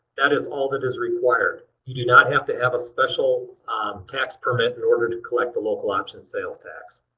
that is all that is required. you do not have to have a special tax permit in order to collect the local option sales tax.